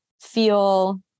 feel